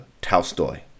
Tolstoy